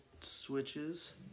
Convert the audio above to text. switches